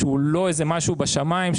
שהוא לא איזה משהו בשמים,